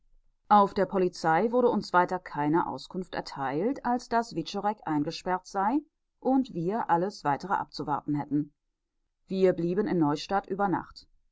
auf der polizei wurde uns weiter keine auskunft erteilt als daß wiczorek eingesperrt sei und wir alles weitere abzuwarten hätten wir blieben in neustadt über nacht